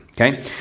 Okay